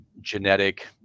genetic